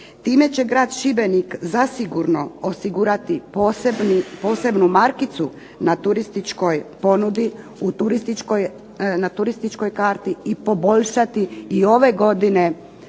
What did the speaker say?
Time će grad Šibenik zasigurno osigurati posebnu markicu na turističkoj ponudi, na turističkoj karti,